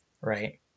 right